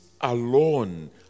alone